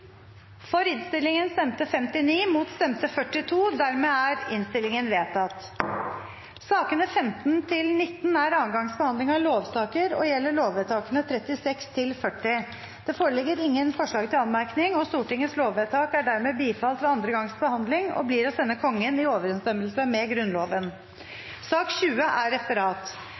bussruter.» Innstillingen fremmes av Høyre, Fremskrittspartiet, Senterpartiet og Venstre. Kristelig Folkeparti, Miljøpartiet De Grønne og Rødt har varslet støtte til forslaget. Sakene nr. 15–19 er andre gangs behandling av lovsaker og gjelder lovvedtakene 36–40. Det foreligger ingen forslag til anmerkning. Stortingets lovvedtak er dermed bifalt ved andre gangs behandling og blir å sende Kongen i overensstemmelse med Grunnloven. Dermed er